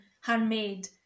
handmade